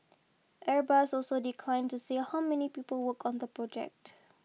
airbus also declined to say how many people work on the project